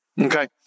okay